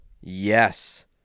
Yes